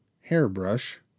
Hairbrush